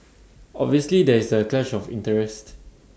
obviously there is A clash of interest